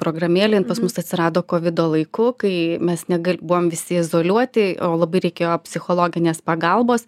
programėlė jin pas mus atsirado kovido laiku kai mes negal buvom visi izoliuoti o labai reikėjo psichologinės pagalbos